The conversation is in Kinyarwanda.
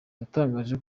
yatangaje